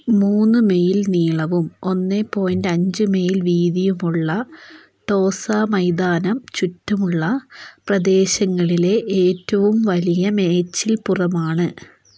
മൂന്ന് മൈൽ നീളവും ഒന്ന് പോയിന്റ് അഞ്ച് മൈൽ വീതിയുമുള്ള ടോസ മൈതാനം ചുറ്റുമുള്ള പ്രദേശങ്ങളിലെ ഏറ്റവും വലിയ മേച്ചിൽപ്പുറമാണ്